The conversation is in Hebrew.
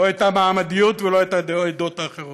לא את המעמדיות ולא את העדות האחרות.